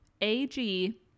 AG